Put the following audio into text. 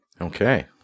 okay